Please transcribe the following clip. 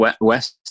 West